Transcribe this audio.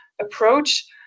approach